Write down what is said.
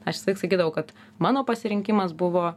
aš visąlaik sakydavau kad mano pasirinkimas buvo